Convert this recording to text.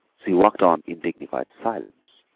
she walked on in dignified silence,